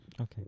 Okay